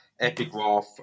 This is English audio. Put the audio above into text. epigraph